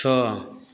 छः